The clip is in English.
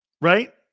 right